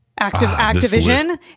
Activision